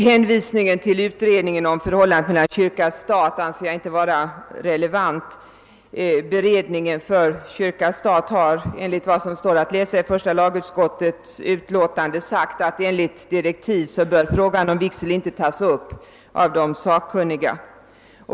Hänvisningen till utredningen om förhållandet kyrka—stat anser jag inte vara relevant. Enligt vad som framgår av första lagutskottets utlåtande har 1968 års beredning om stat och kyrka uttalat att frågor om vigsel inte bör tas upp av de sakkunniga.